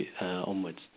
onwards